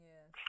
Yes